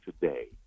today